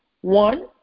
One